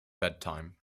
bedtime